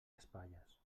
espatlles